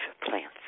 plants